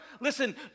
listen